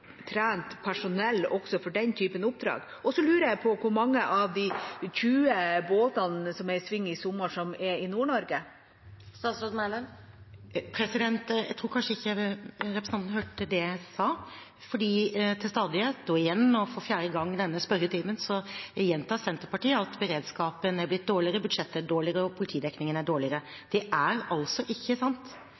trent personell også for den typen oppdrag? Så lurer jeg på hvor mange av de 20 båtene som er i sving i sommer, som er i Nord-Norge? Jeg tror kanskje ikke representanten hørte det jeg sa, for til stadighet og igjen og for fjerde gang denne spørretimen gjentar Senterpartiet at beredskapen er blitt dårligere, at budsjettet er dårligere, og at politidekningen er dårligere. Det er altså ikke sant.